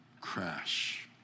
crash